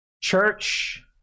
church